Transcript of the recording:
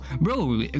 bro